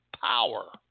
power